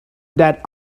that